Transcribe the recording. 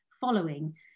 following